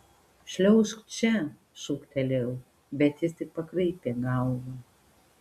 šliaužk čia šūktelėjau bet jis tik pakraipė galvą